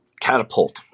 catapult